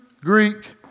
Greek